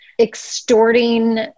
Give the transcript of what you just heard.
extorting